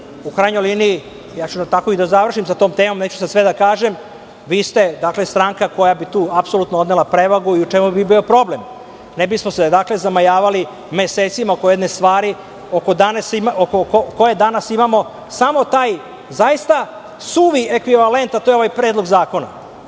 u krajnjoj liniji ja ću tako i da završim sa tom temom, neću sad sve da kažem, vi ste stranka koja bi tu apsolutno odnela prevagu i u čemu bi bio problem. Ne bismo se zamajavali mesecima oko jedne stvari, oko koje danas imamo samo taj zaista suvi ekvivalent, a to je ovaj predlog zakona. Ova